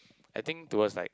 I think towards like